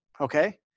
Okay